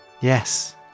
Yes